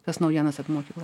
tas naujienas apie mokyklą